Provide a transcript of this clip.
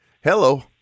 Hello